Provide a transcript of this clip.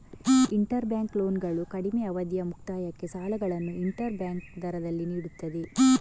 inter bank ಲೋನ್ಗಳು ಕಡಿಮೆ ಅವಧಿಯ ಮುಕ್ತಾಯಕ್ಕೆ ಸಾಲಗಳನ್ನು ಇಂಟರ್ ಬ್ಯಾಂಕ್ ದರದಲ್ಲಿ ನೀಡುತ್ತದೆ